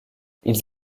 ils